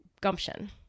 gumption